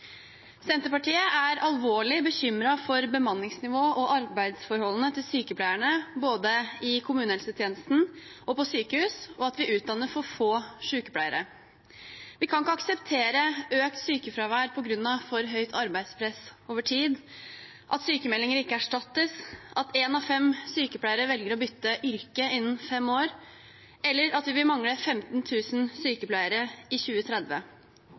Senterpartiet er alvorlig bekymret for bemanningsnivået og arbeidsforholdene til sykepleierne, både i kommunehelsetjenesten og på sykehus, og for at vi utdanner for få sykepleiere. Vi kan ikke akseptere økt sykefravær på grunn av for høyt arbeidspress over tid, at sykemeldte ikke erstattes, at én av fem sykepleiere velger å bytte yrke innen fem år, eller at vi vil mangle 15 000 sykepleiere i 2030.